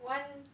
one